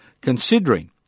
Considering